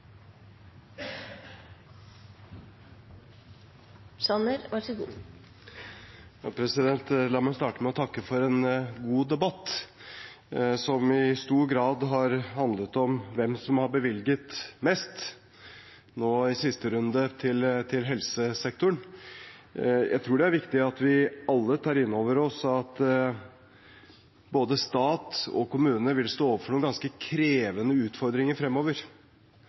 god debatt, som i stor grad har handlet om hvem som har bevilget mest, nå i siste runde til helsesektoren. Jeg tror det er viktig at vi alle tar inn over oss at både stat og kommuner vil stå overfor noen ganske krevende utfordringer fremover.